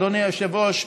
אדוני היושב-ראש,